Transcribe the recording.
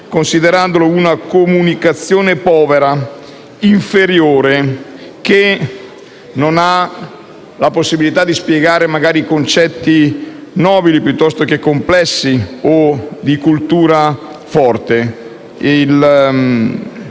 considerandola una comunicazione povera, inferiore, che non ha la possibilità di spiegare magari concetti nobili piuttosto che complessi o di alta cultura.